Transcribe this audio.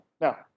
Now